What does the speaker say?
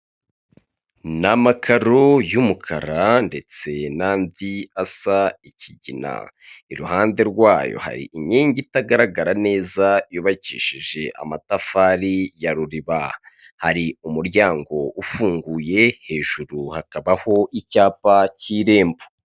Ni amakaro y'umukara ndetse n'andi asa ikigina, iruhande rwayo hari inkingi itagaragara neza yubakishije amatafari ya ruriba, hari umuryango ufunguye hejuru hakabaho icyapa cy'irembo.